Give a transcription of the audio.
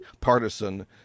partisan